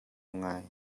ngai